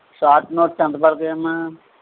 short notes ఎంత పడతాయమ్మ